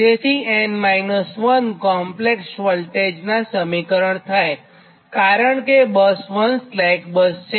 તેથી n 1 complex વોલ્ટેજનાં સમીકરણ થાય છેકારણ કે બસ 1 સ્લેક બસ છે